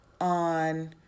on